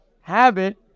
Habit